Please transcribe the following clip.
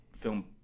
film